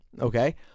Okay